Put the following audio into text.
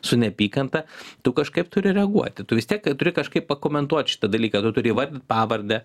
su neapykanta tu kažkaip turi reaguoti tu vis tiek turi kažkaip pakomentuot šitą dalyką tu turi įvardyt pavardę